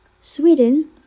Sweden